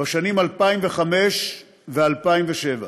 בשנים 2005 ו-2007.